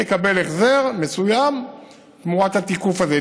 תקבל החזר מסוים תמורת התיקוף הזה.